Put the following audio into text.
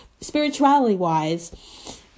spirituality-wise